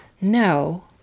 No